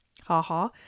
ha-ha